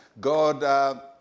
God